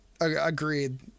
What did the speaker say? Agreed